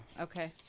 Okay